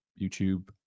YouTube